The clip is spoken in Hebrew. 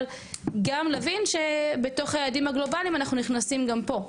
אבל גם נבין שבתוך היעדים הגלובליים אנחנו נכנסים גם פה.